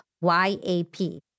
Y-A-P